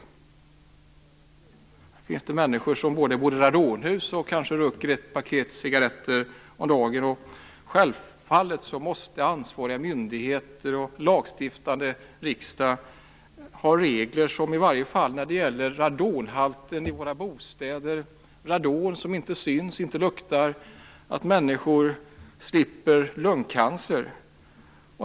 Och det finns människor som både bor i radonhus och röker ett paket cigaretter om dagen. Självfallet måste ansvariga myndigheter och lagstiftare, dvs. riksdagen, ha regler som i varje fall när det gäller radonhalten i våra bostäder - radon som inte syns och inte luktar - kan bidra till att människor slipper lungcancer.